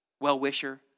Well-wisher